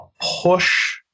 push